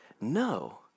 No